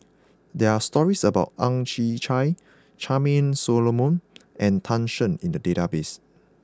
there are stories about Ang Chwee Chai Charmaine Solomon and Tan Shen in the database